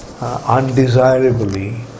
undesirably